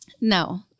No